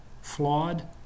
flawed